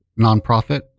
nonprofit